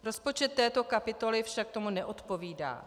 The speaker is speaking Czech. Rozpočet této kapitoly však tomu neodpovídá.